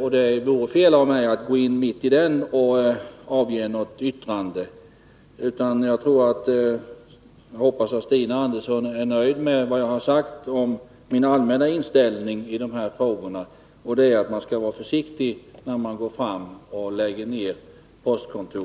och det vore fel av mig att gå in mitt i den och avge något yttrande. Jag hoppas att Stina Andersson är nöjd med vad jag har sagt om min allmänna inställning i dessa frågor, att man skall vara försiktig med att lägga ner postkontor.